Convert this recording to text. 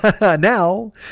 Now